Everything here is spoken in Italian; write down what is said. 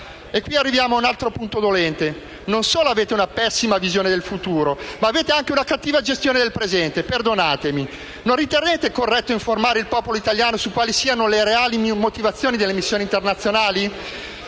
Qui arriviamo a un'altro punto dolente: non solo avete una pessima visione del futuro, ma avete - perdonatemi - anche una cattiva gestione del presente. Non ritenete corretto informare il popolo italiano su quali siano le reali motivazioni delle missioni internazionali?